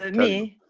and me?